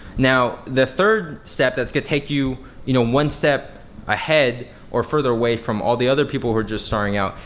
now the third step that's gonna take you you know one step ahead or further away from all the other people who are just starting out,